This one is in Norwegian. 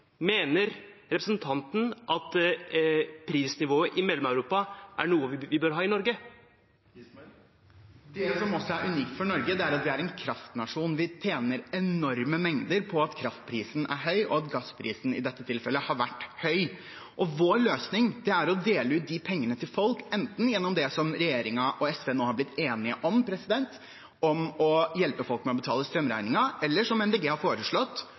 Mener representanten at prisnivået i Mellom-Europa er noe vi bør ha i Norge? Det som også er unikt for Norge, er at vi er en kraftnasjon. Vi tjener enorme mengder på at kraftprisen er høy, og at gassprisen i dette tilfellet har vært høy. Vår løsning er å dele ut de pengene til folk, enten gjennom det som regjeringen og SV nå har blitt enige om, å hjelpe folk med å betale strømregningen, eller som Miljøpartiet De Grønne har foreslått,